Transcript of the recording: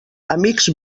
amics